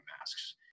masks